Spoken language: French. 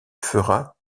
fera